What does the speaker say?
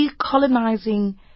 decolonizing